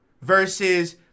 versus